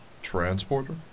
Transporter